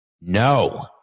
No